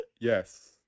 Yes